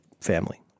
family